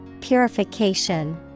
Purification